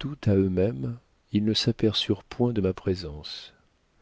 tout à eux-mêmes ils ne s'aperçurent point de ma présence